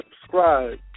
subscribe